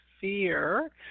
fear